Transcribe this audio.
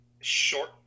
short